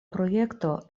projekto